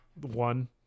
one